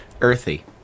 earthy